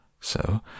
So